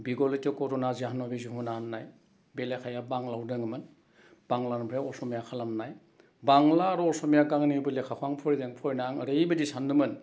बिगलयत' करुना जान्य' बि जमुना होन्नाय बे लेखाया बांलायाव दोङोमोन बांलानिफ्राय असमिया खालामनाय बांला आरो असमिया गांनैबो लेखाखौ आं फरायदों फरायनानै आं ओरैबायदि सानदोंमोन